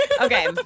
Okay